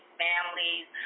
families